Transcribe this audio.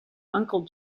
uncle